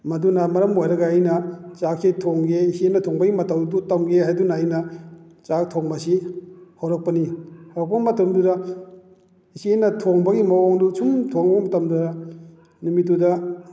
ꯃꯗꯨꯅ ꯃꯔꯝ ꯑꯣꯏꯔꯒ ꯑꯩꯅ ꯆꯥꯛꯁꯦ ꯊꯣꯡꯒꯦ ꯏꯆꯦꯅ ꯊꯣꯡꯕꯒꯤ ꯃꯇꯧꯗꯨ ꯇꯧꯒꯦ ꯍꯥꯏꯗꯨꯅ ꯑꯩꯅ ꯆꯥꯛ ꯊꯣꯡꯕꯁꯤ ꯍꯧꯔꯛꯄꯅꯤ ꯍꯧꯔꯛꯄ ꯃꯇꯝꯑꯗꯨꯗ ꯏꯆꯦꯅ ꯊꯣꯡꯕꯒꯤ ꯃꯑꯣꯡꯗꯨ ꯑꯁꯨꯝ ꯊꯣꯡꯕ ꯃꯇꯝꯑꯗꯨꯗ ꯅꯨꯃꯤꯠꯇꯨꯗ